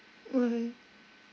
okay